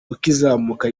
ukizamuka